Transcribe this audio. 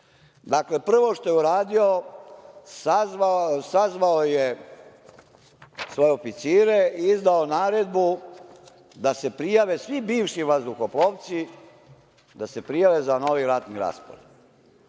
Dakle, prvo što je uradio, sazvao je svoje oficire i izdao naredbu da se prijave svi bivši vazduhoplovci za novi ratni raspored.